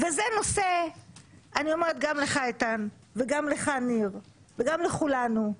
אני אומרת גם לך, איתן, וגם לך, ניר, וגם לכולנו,